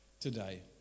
today